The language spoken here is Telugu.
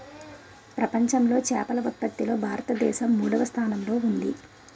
ప్రపంచంలో చేపల ఉత్పత్తిలో భారతదేశం మూడవ స్థానంలో ఉంది